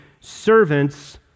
servants